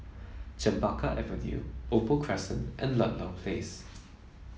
Chempaka Avenue Opal Crescent and Ludlow Place